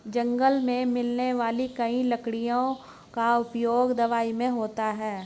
जंगल मे मिलने वाली कई लकड़ियों का उपयोग दवाई मे होता है